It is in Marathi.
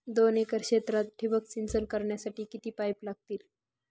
दोन एकर क्षेत्रात ठिबक सिंचन करण्यासाठी किती पाईप लागतील?